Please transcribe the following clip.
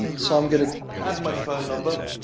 and so, i'm going to add my phone number.